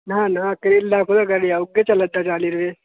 नां नां करेला कुत्थै घटेआ उ'ऐ चलै दा चाली रपेऽ